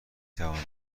توانم